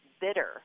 bitter